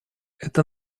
это